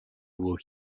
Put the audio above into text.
would